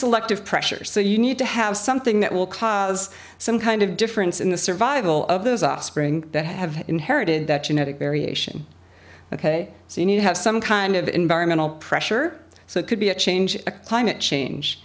selective pressure so you need to have something that will cause some kind of difference in the survival of those offspring that have inherited that genetic variation ok so you need to have some kind of environmental pressure so it could be a change in climate change